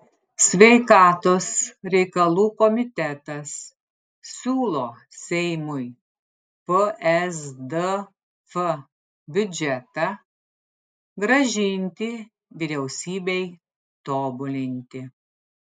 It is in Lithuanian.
sveikatos reikalų komitetas siūlo seimui psdf biudžetą grąžinti vyriausybei tobulinti